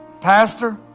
pastor